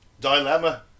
Dilemma